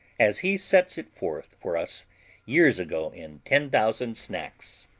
as he set it forth for us years ago in ten thousand snacks